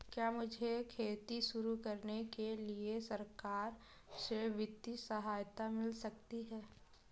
क्या मुझे खेती शुरू करने के लिए सरकार से वित्तीय सहायता मिल सकती है?